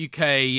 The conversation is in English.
UK